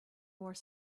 more